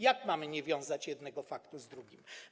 Jak mamy nie wiązać jednego faktu z drugim?